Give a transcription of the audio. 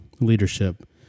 leadership